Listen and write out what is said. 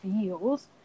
feels